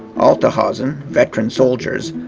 alte hasen, veteran soldiers,